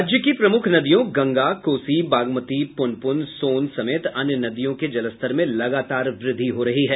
राज्य की प्रमुख नदियों गंगा कोसी बागमती पुनपुन सोन समेत अन्य नदियों के जलस्तर में लगातार वृद्धि हो रही है